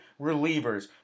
relievers